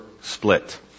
split